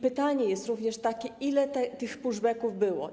Pytanie jest również takie: Ile tych push-back-ów było?